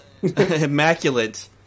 immaculate